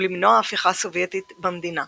ולמנוע הפיכה סובייטית במדינה.